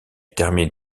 termine